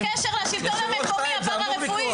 מה הקשר לשלטון המקומי הפרא רפואי?